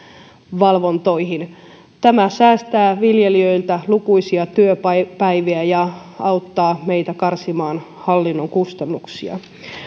valvontoihin tämä säästää viljelijöiltä lukuisia työpäiviä ja auttaa meitä karsimaan hallinnon kustannuksia